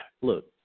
look